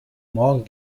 morgen